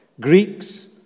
Greeks